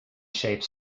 shape